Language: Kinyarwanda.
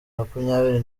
makumyabiri